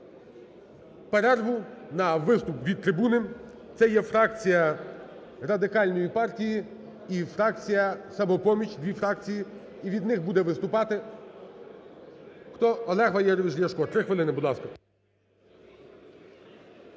перерву на виступ від трибуни, це є фракція Радикальної партії, і фракція "Самопоміч", дві фракції, і від них буде виступати… Хто? Олег Валерійович Ляшко, 3 хвилини. Будь ласка.